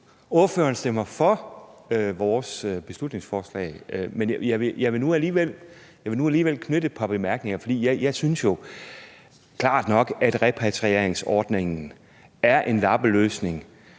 ordføreren stemmer for vores beslutningsforslag, men jeg vil nu alligevel knytte et par bemærkninger til det. Jeg synes jo klart nok, at repatrieringsordningen er en lappeløsning.